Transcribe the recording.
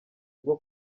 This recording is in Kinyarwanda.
bwo